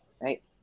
Right